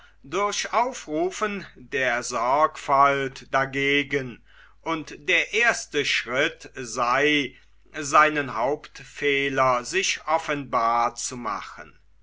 durch aufrufen der sorgfalt dagegen und der erste schritt sei seinen hauptfehler sich offenbar zu machen